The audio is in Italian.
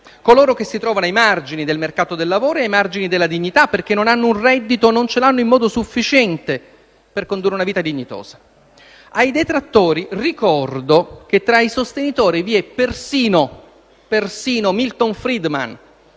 coloro che si trovano ai margini del mercato del lavoro e ai margini della dignità, perché non hanno un reddito o non ce l'hanno in modo sufficiente per condurre una vita dignitosa. Ai detrattori ricordo che tra i suoi sostenitori vi è persino Milton Friedman